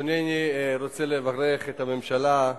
אני רוצה לברך את הממשלה,